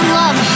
love